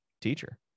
teacher